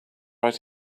right